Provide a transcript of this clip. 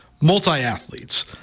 multi-athletes